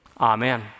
Amen